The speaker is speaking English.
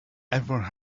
everyone